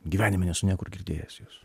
gyvenime nesu niekur girdėjęs jos